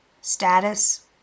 status